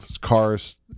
Cars